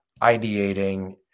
ideating